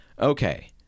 Okay